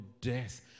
death